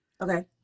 Okay